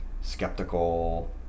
Skeptical